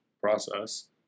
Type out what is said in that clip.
Process